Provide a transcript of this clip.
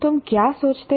तुम क्या सोचते हो